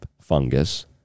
fungus